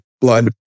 blood